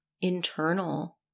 internal